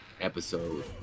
episode